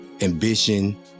ambition